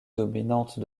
dominante